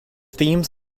themes